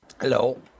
Hello